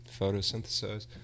photosynthesize